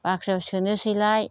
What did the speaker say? बाख्रियाव सोनोसैलाय